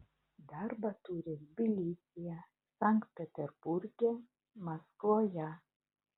darbą turi tbilisyje sankt peterburge maskvoje